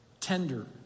tender